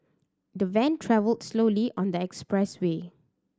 the van travelled slowly on the expressway